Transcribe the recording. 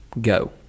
Go